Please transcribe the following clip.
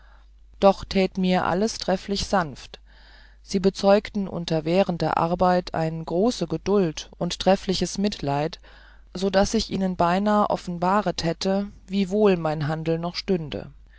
doch tät mir solches trefflich sanft sie bezeugten unter währender arbeit eine große gedult und treffliches mitleiden also daß ich ihnen beinahe offenbaret hätte wie wohl mein handel noch stünde